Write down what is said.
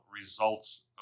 results